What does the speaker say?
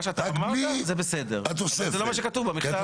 מה שאתה אמרת זה בסדר, רק זה לא מה שכתוב במכתב.